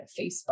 Facebook